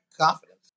confidence